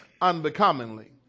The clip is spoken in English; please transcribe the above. unbecomingly